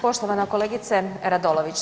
Poštovana kolegice RAdolović.